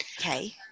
okay